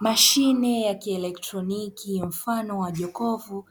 Mashine ya kielektroniki mfano wa jokofu,